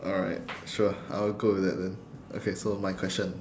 alright sure I'll go with that then okay so my question